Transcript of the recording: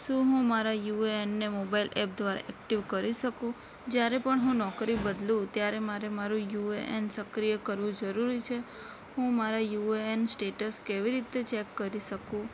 શું હું મારા યુએએનને ને મોબાઇલ એપ દ્વારા એક્ટિવ કરી શકું જ્યારે પણ હું નોકરી બદલું ત્યારે મારે મારું યુએએન સક્રિય કરવું જરૂરી છે હું મારા યુએએન સ્ટેટસ કેવી રીતે ચેક કરી શકું